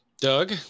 Doug